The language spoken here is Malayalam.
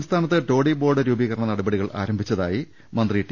സംസ്ഥാനത്ത് ടോഡി ബോർഡ് രൂപീകരണ നടപടി കൾ ആരംഭിച്ചതായും മന്ത്രിടി